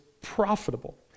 profitable